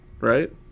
Right